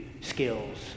skills